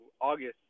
August